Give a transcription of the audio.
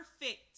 perfect